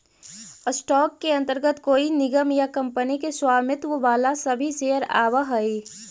stock के अंतर्गत कोई निगम या कंपनी के स्वामित्व वाला सभी शेयर आवऽ हइ